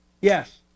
Yes